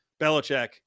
Belichick